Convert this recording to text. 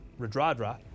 radradra